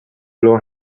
blow